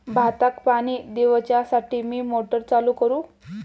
भाताक पाणी दिवच्यासाठी मी मोटर चालू करू?